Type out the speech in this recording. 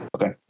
okay